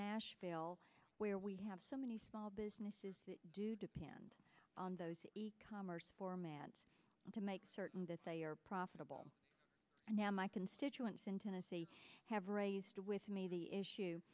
nashville where we have so many small businesses that do depend on those e commerce for man to make certain that they are profitable and now my constituents in tennessee have raised with me the issue